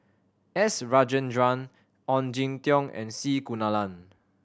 S Rajendran Ong Jin Teong and C Kunalan